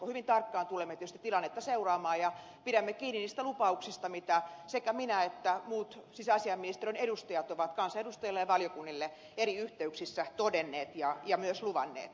hyvin tarkkaan tulemme tietysti tilannetta seuraamaan ja pidämme kiinni niistä lupauksista mitä sekä minä että muut sisäasiainministeriön edustajat ovat kansanedustajille ja valiokunnille eri yhteyksissä todenneet ja myös luvanneet